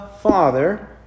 Father